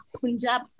Punjab